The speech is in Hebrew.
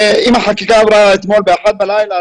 אם החקיקה עברה אתמול בשעה 1:00 בלילה,